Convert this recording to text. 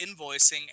invoicing